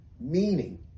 meaning